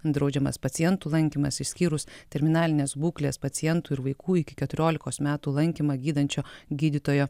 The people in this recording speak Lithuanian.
draudžiamas pacientų lankymas išskyrus terminalinės būklės pacientų ir vaikų iki keturiolikos metų lankymą gydančio gydytojo